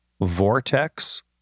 vortex